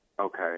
Okay